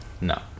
No